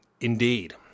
indeed